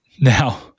Now